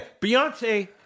Beyonce